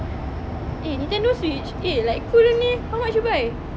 eh Nintendo switch eh like cool only how much you buy